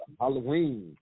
Halloween